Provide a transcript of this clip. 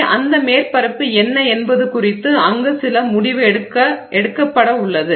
எனவே அந்த மேற்பரப்பு என்ன என்பது குறித்து அங்கு சில முடிவு எடுக்கப்பட உள்ளது